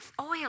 oil